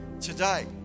Today